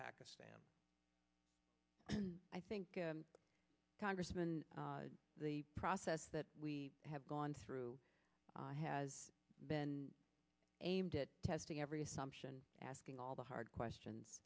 pakistan and i think congressman the process that we have gone through has been aimed at testing every assumption asking all the hard questions